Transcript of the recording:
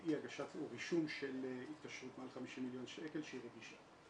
אי הגשה או רישום של התקשרות מעל 50 מיליון שקל שהיא רגישה.